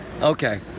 okay